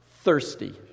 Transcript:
thirsty